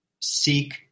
seek